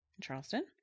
Charleston